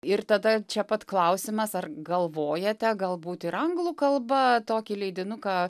ir tada čia pat klausimas ar galvojate galbūt ir anglų kalba tokį leidinuką